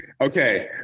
Okay